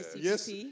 yes